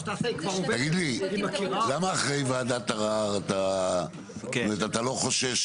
תגיד לי, למה אחרי וועדת ערר אתה לא חושש